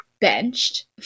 benched